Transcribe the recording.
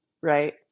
right